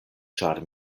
ĉar